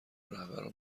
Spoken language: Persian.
رهبران